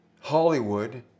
Hollywood